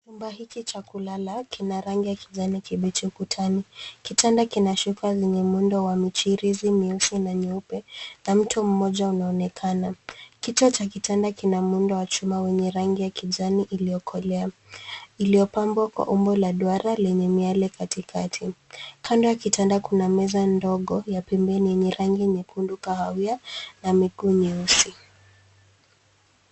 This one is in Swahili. Chumba hiki cha kulala kina rangi ya kijani kibichi ukutani. Kitanda kina shuka lenye muundo wa michirizi mieusi na nyeupe na mtu mmoja anaonekana. Kituo cha kitanda kina muundo wa chuma wenye rangi ya kijani iliyokolea iliyopambwa kwa umbo la duara lenye miale katikati. Kando ya kitanda kuna meza ndogo ya pembeni yenye rangi nyekundu kahawia na miguu nyeusi.